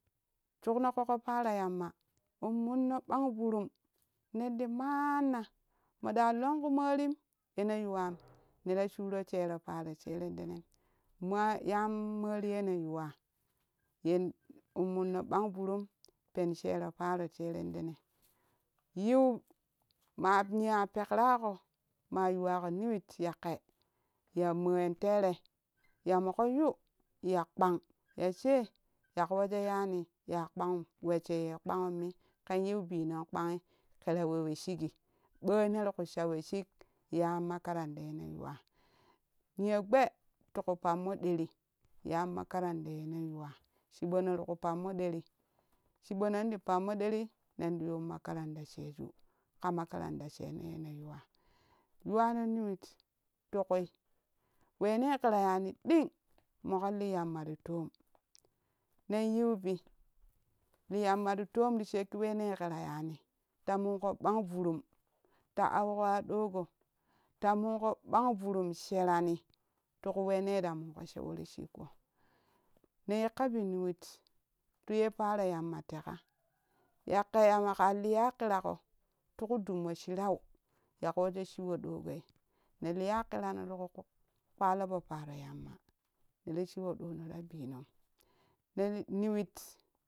Shukno ƙoƙo paro yamma in munno ɓang vurum nen ti manna mo ɗa lonƙu morin yene yuwam nera shuro shera paro sherende nem moa yan mori yene yuwa yen in manno ɓan vurun pen shero paro sherendene yiu maa yi ma pekrako ma yuwako niwit yake ya mon tere ya moke yu ya kpan ya she yawojo yani ya kpahun wessho ye kpahumii ken yiu bino ye kpahi kera we we shigi ɓoi neri ku sha we shig yan makaranda yene yuwa nilo gbee ti kuh pammo ɗeri yan makaranda yene yuwa chibono tiku pammo ɗeri chiɓonan ti pammo ɗeri nenti yun makarnada sheju ƙa makaranda sheno yeno yene yuwa yuwano niwit ti kui we ne kera yani ɗing moke li yamma ti toom nen yue bi li yamma ti toom ti shekki wene ƙera yani ta munko ɓang vurum ta auko aɗo go ta munko ɓan vurun sherani ti ku wene ti minko shewo ti shikko ne yikka bi niwit tu ye paaro yamma teka ya ke ya kema leya kiraƙo ti kuh dummo ya shirau yake wojo shiwo ɗogei ne liya kirano ti ku kpalopo paro yamma nera shiwo do no tira binan neri niwit.